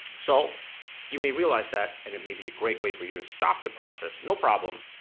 so you may realize that and it may be a great way for you to stop the process, no problem,